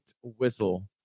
whistle